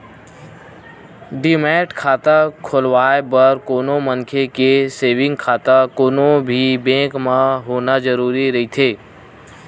demat खाता खोलवाय बर कोनो मनखे के सेंविग खाता कोनो भी बेंक म होना जरुरी रहिथे